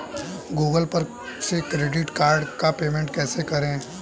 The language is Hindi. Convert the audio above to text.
गूगल पर से क्रेडिट कार्ड का पेमेंट कैसे करें?